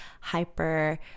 hyper